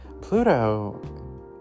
Pluto